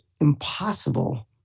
impossible